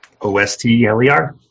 O-S-T-L-E-R